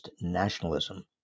nationalism